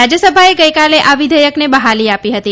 રાજ્યસભાએ ગઇકાલે આ વિઘેચકને બહાલી આપી હતી